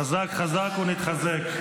--- חזק חזק ונתחזק.